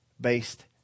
based